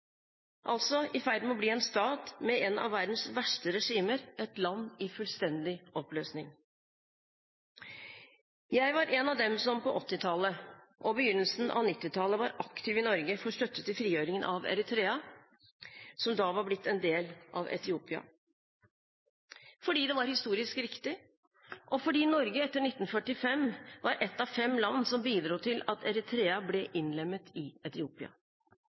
altså Eritrea i ferd med å bli en stat med et av verdens verste regimer – et land i fullstendig oppløsning. Jeg var en av dem som på 1980-tallet og begynnelsen av 1990-tallet var aktiv i Norge for støtte til frigjøringen av Eritrea, som da var blitt en del av Etiopia, fordi det var historisk riktig, og fordi Norge etter 1945 var ett av fem land som bidro til at Eritrea ble innlemmet i Etiopia